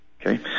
Okay